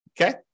Okay